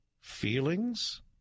feelings